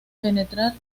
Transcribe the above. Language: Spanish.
penetrar